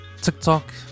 TikTok